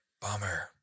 bummer